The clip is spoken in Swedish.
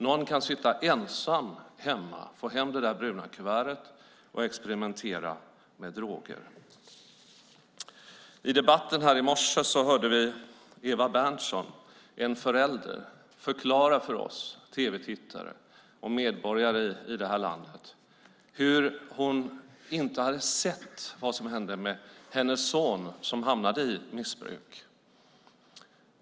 Någon kan få hem det där bruna kuvertet och sitta ensam hemma och experimentera med droger. I debatten i morse hörde vi Ewa Berndtsson, en förälder, förklara för oss tv-tittare och medborgare i det här landet att hon inte hade sett vad som hände med hennes son som hamnade i missbruk.